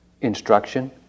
instruction